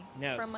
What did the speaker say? No